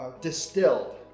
distilled